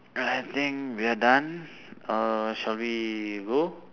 I think we are done uh shall we go